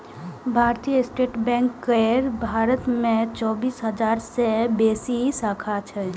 भारतीय state bank केर भारत मे चौबीस हजार सं बेसी शाखा छै